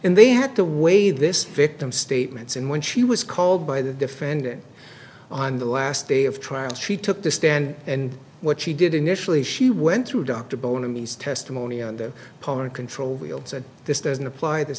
and they had to weigh this victim statements and when she was called by the defendant on the last day of trial she took the stand and what she did initially she went through dr bona means testimony on the part of control we'll said this doesn't apply this